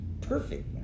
Perfect